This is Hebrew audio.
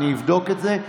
אני אבדוק את זה.